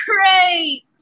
Great